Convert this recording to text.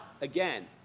again